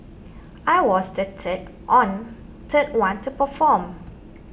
I was the third on one to perform